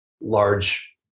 large